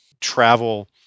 travel